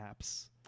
apps